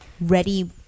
ready